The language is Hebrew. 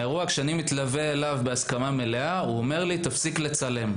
כשאני מתלווה אליו בהסכמה מלאה הוא אומר לי: תפסיק לצלם.